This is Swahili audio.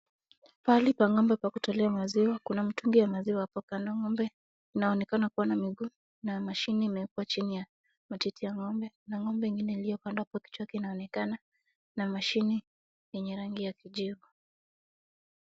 Pahali pa ng'ombe pa kutolewa maziwa kuna mtungi ya maziwa hapo kando. Ng'ombe inaonekana kuwa na miguu na mashine imewekwa chini ya matiti ya ng'ombe na ng'ombe ingine iliyo kando kichwa kinaonekana na mashine yenye rangi ya kijivu.